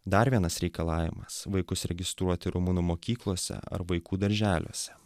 dar vienas reikalavimas vaikus registruoti rumunų mokyklose ar vaikų darželiuose